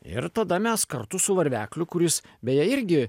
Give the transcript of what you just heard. ir tada mes kartu su varvekliu kuris beje irgi